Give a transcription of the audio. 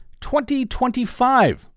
2025